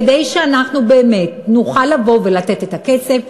כדי שאנחנו באמת נוכל לבוא ולתת את הכסף,